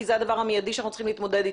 כי זה הדבר המיידי שאנחנו צריכים להתמודד איתו.